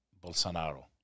Bolsonaro